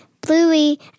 Bluey